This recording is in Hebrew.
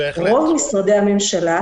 רוב משרדי הממשלה,